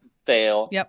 Fail